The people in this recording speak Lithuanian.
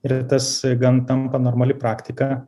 ir tas gan tampa normali praktika